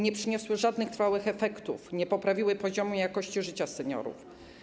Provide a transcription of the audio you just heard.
Nie przyniosły one żadnych trwałych efektów, nie poprawiły poziomu jakości życia seniorów.